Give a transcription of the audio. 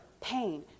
pain